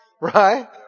Right